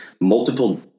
multiple